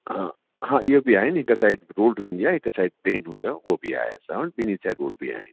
हा हा इहो बि आहिनि हिकु साइज़ रुल्ड हूंदी आहे हिकु साइड प्लेन हूंदो आहे उहो बि आहे असां वटि ॿिनि साइड रुल्ड बि आहे